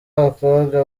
abakobwa